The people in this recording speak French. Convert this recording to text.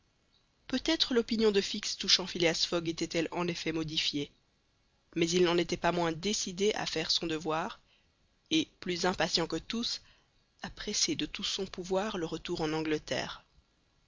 peut-être l'opinion de fix touchant phileas fogg était-elle en effet modifiée mais il n'en était pas moins décidé à faire son devoir et plus impatient que tous à presser de tout son pouvoir le retour en angleterre